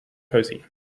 cosy